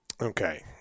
Okay